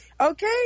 Okay